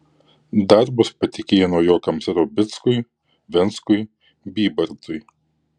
darbus patikėjo naujokams raubickui venckui bybartui